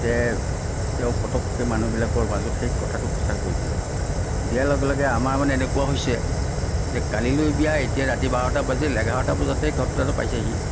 তে তেওঁ পতকৈ মানুহবিলাকৰ মাজত সেই কথাটো প্ৰচাৰ কৰি দিলে দিয়াৰ লগে লগে আমাৰ মানে এনেকুৱা হৈছে যে কালিলৈ বিয়া এতিয়া ৰাতি বাৰটা বাজিল এঘাৰটা বজাতেই ঘটনাতো পাইছেহি